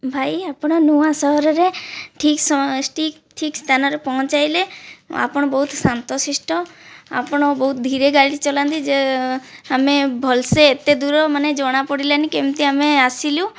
ଭାଇ ଆପଣ ନୂଆ ସହରରେ ଠିକ ସ୍ଥାନରେ ପହୁଞ୍ଚାଇଲେ ଆପଣ ବହୁତ ଶାନ୍ତଶିଷ୍ଟ ଆପଣ ବହୁତ ଧିରେ ଗାଡ଼ି ଚଲାନ୍ତି ଯେ ଆମେ ଭଲସେ ଏତେଦୂର ମାନେ ଜଣାପଡ଼ିଲାନି କେମିତି ଆମେ ଆସିଲୁ